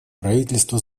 правительство